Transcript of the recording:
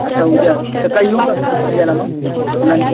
अच्छा उद्या सकाळी येऊ का डिलिवरी द्यायला मग फुलांची